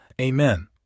Amen